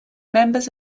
members